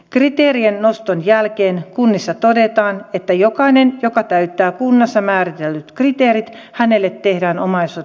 kriteerien noston jälkeen kunnissa todetaan että jokaiselle joka täyttää kunnassa määritellyt kriteerit tehdään omaishoitosopimus